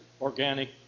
organic